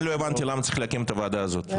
צריך להקים את הוועדה הזאת.